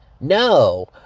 No